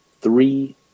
three